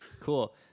Cool